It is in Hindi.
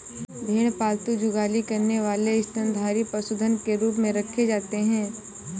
भेड़ पालतू जुगाली करने वाले स्तनधारी पशुधन के रूप में रखे जाते हैं